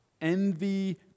envy